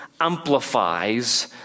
amplifies